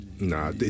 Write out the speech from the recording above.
Nah